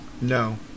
No